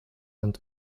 and